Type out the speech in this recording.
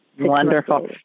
Wonderful